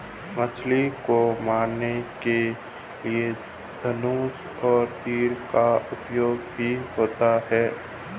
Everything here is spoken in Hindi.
मछली को मारने के लिए धनुष और तीर का उपयोग भी होता है